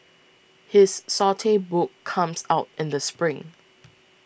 his saute book comes out in the spring